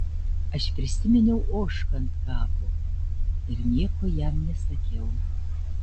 aš prisiminiau ožką ant kapo ir nieko jam nesakiau